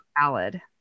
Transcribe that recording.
valid